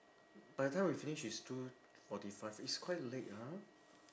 by the time we finish it's two forty five it's quite late ha